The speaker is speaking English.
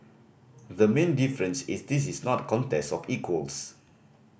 the main difference is this is not a contest of equals